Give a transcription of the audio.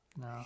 No